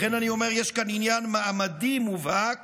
לכן אני אומר, יש כאן עניין מעמדי מובהק